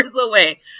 away